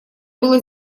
было